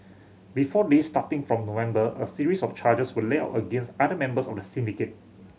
before this starting from November a series of charges were laid out against other members of the syndicate